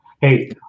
Hey